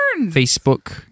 Facebook